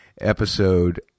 episode